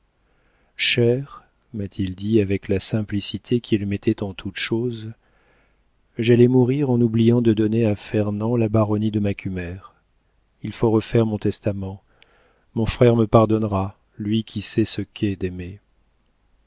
chère m'a-t-il dit avec la simplicité qu'il mettait en toute chose j'allais mourir en oubliant de donner à fernand la baronnie de macumer il faut refaire mon testament mon frère me pardonnera lui qui sait ce qu'est